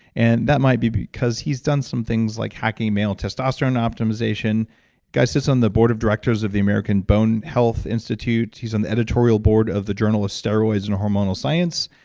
and that might be because he's done some things like hacking male testosterone optimization. the guy sits on the board of directors of the american bone health institute, he's on the editorial board of the journal of steroids and hormonal science,